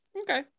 Okay